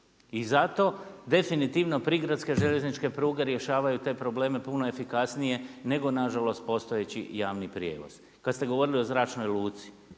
I zato definitivno prigradske željezničke pruge rješavaju te probleme puno efikasnije nego nažalost postojeći i javni prijevoz. Kada ste govorili o zračnoj luci,